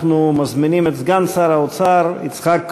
אנחנו מזמינים את סגן שר האוצר חבר